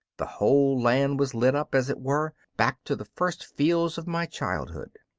the whole land was lit up, as it were, back to the first fields of my childhood.